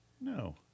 No